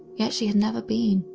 yet she had never been.